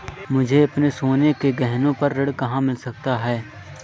मुझे अपने सोने के गहनों पर ऋण कहाँ मिल सकता है?